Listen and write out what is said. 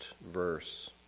verse